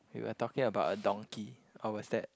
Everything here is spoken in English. we were talking about a donkey or was that